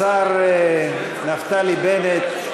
השר נפתלי בנט,